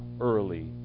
early